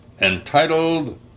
Entitled